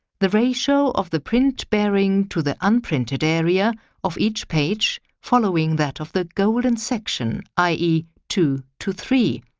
the ratio of the print bearing to the unprinted area of each page following that of the golden section i e. two to three.